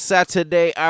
Saturday